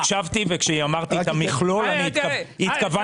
הקשבתי, וכשאמרתי "מכלול", התכוונתי לכולם.